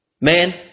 Man